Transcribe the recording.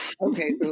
Okay